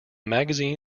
magazine